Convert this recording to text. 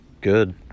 good